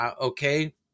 okay